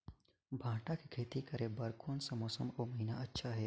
भांटा के खेती करे बार कोन सा मौसम अउ महीना अच्छा हे?